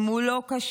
אם הוא לא כשיר,